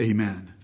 Amen